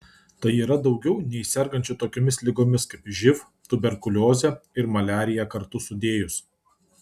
tai yra daugiau nei sergančių tokiomis ligomis kaip živ tuberkuliozė ir maliarija kartu sudėjus